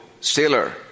sailor